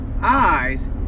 eyes